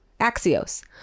axios